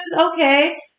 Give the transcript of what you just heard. Okay